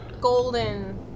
golden